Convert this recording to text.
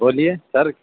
بولیے سر